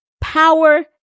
power